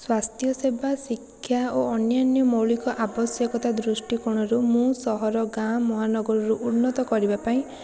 ସ୍ୱାସ୍ଥ୍ୟ ସେବା ଶିକ୍ଷା ଓ ଅନ୍ୟାନ୍ୟ ମୌଳିକ ଆବଶ୍ୟକତା ଦୃଷ୍ଟିକୋଣରୁ ମୁଁ ସହର ଗାଁ ମହାନଗରରୁ ଉନ୍ନତ କରିବା ପାଇଁ